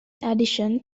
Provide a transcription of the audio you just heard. addition